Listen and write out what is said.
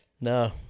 No